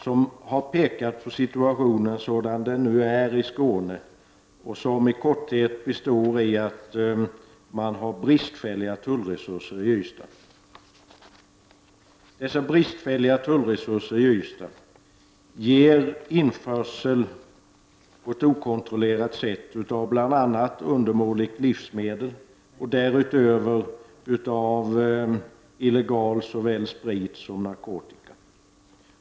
Hon har pekat på situationen i Skåne, sådan den nu är, i korthet att man har bristfälliga tullresurser i Ystad. Dessa bristfälliga tullresurser medför att införsel sker på ett okontrollerat sätt av bl.a. undermåliga livsmedel och därutöver illegal införsel av såväl sprit som narkotika.